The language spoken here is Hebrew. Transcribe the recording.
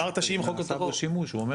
שלא נעשה בו שימוש הוא אומר.